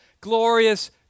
glorious